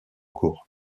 cours